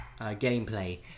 gameplay